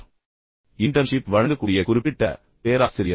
அவருக்கு இன்டர்ன்ஷிப் வழங்கக்கூடிய ஒரு குறிப்பிட்ட பேராசிரியர்